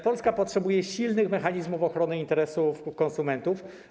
Polska potrzebuje silnych mechanizmów ochrony interesów konsumentów.